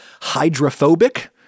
hydrophobic